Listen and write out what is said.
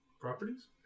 Properties